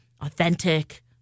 authentic